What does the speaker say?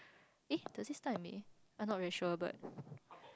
eh does it start in May I'm not very sure but